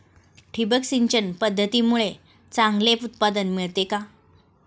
ठिबक सिंचन पद्धतीमुळे चांगले उत्पादन मिळते का?